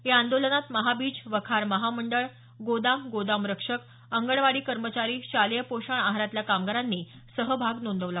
या आंदोलनात महाबीज वखार महामंडळ गोदाम गोदामरक्षक अंगणवाडी कर्मचारी शालेय पोषण आहारातल्या कामगारांनी सहभाग नोंदवला